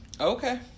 Okay